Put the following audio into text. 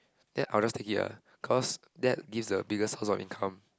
then I will just take it ah cause that gives a biggest source of income